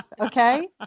okay